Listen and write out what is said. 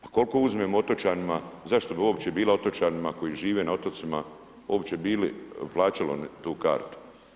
Pa koliko uzmemo otočanima, zašto bi uopće bila otočanima koji žive na otocima uopće bilo plaćalo tu kartu?